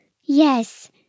Yes